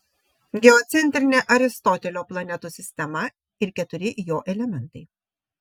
geocentrinė aristotelio planetų sistema ir keturi jo elementai